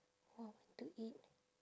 !wah! want to eat